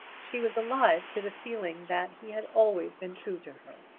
she was alive to the feeling that he had always been true to her.